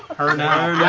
her now.